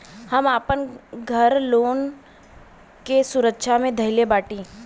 हम आपन घर लोन के सुरक्षा मे धईले बाटी